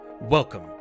Welcome